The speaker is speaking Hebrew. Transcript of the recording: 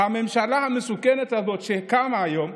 הממשלה המסוכנת הזאת שקמה היום,